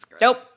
Nope